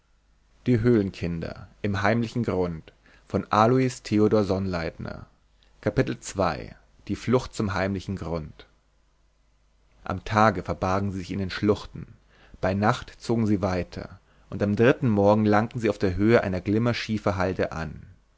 zum heimlichen grund am tage verbargen sie sich in den schluchten bei nacht zogen sie weiter und am dritten morgen langten sie auf der höhe einer glimmerschieferhalde an